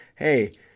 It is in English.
hey